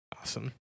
Awesome